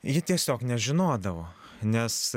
ji tiesiog nežinodavo nes